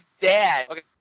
dad